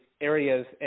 areas